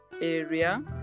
area